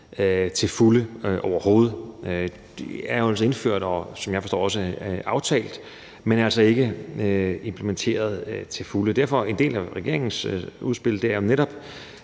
til fulde overhovedet. Det er jo altså indført, og som jeg forstår det også aftalt, men altså ikke implementeret til fulde. Derfor er en del af regeringens udspil netop